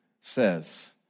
says